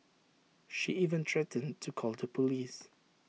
she even threatened to call the Police